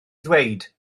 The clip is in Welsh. ddweud